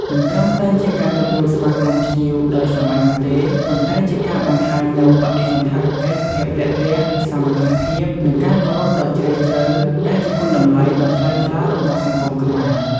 មិនត្រឹមតែជាការទទួលស្វាគមន៍ភ្ញៀវដោយសាមញ្ញនោះទេ ប៉ុន្តែជាការបង្ហាញនូវ បដិសណ្ឋារកិច្ច ភាពរាក់ទាក់ សាមគ្គីភាព និងការគោរពដ៏ជ្រាលជ្រៅ ដែលជាគុណតម្លៃដ៏ថ្លៃថ្លារបស់សង្គមខ្មែរ។